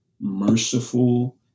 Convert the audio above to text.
merciful